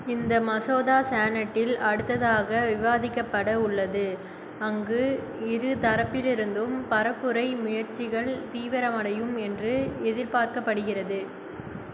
இந்த மசோதா சேனட்டில் அடுத்ததாக விவாதிக்கப்பட உள்ளது அங்கு இரு தரப்பிலிருந்தும் பரப்புரை முயற்சிகள் தீவிரமடையும் என்று எதிர்பார்க்கப்படுகிறது